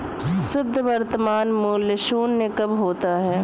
शुद्ध वर्तमान मूल्य शून्य कब होता है?